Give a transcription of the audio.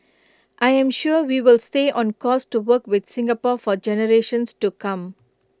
I'm sure we will stay on course to work with Singapore for generations to come